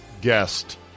guest